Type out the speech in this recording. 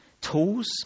tools